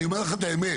אני אומר לכם את האמת.